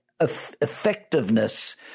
effectiveness